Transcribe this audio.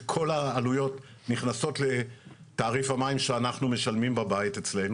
שכל העלויות נכנסות לתעריף המים שאנחנו משלמים בבית אצלנו.